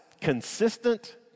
consistent